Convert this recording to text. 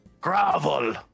gravel